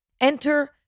Enter